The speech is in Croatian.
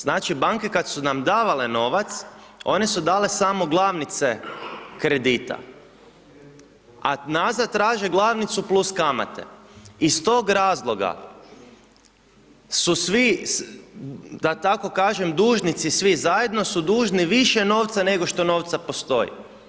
Znači, banke kad su nam davale novac, one su dale samo glavnice kredita, a nazad traže glavnicu + kamate iz tog razloga su svi, da tako kažem dužnici, svi zajedno su dužni više novca, nego što novca postoji.